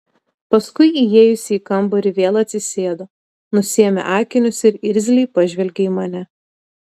paskui įėjusi į kambarį vėl atsisėdo nusiėmė akinius ir irzliai pažvelgė į mane